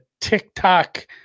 TikTok